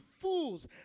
fools